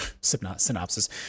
synopsis